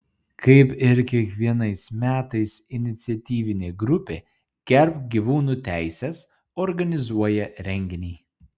kaip ir kiekvienais metais iniciatyvinė grupė gerbk gyvūnų teises organizuoja renginį